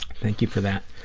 thank you for that.